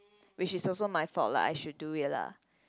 which is also my fault lah I should do it lah